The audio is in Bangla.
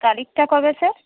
তারিখটা কবে স্যার